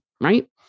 right